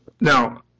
Now